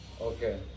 Okay